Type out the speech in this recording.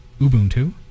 Ubuntu